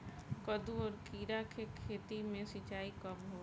कदु और किरा के खेती में सिंचाई कब होला?